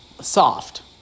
Soft